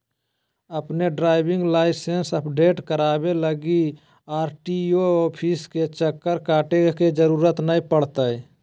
अपन driving licence update कराबे लगी आर.टी.ओ ऑफिस के चक्कर काटे के जरूरत नै पड़तैय